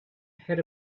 had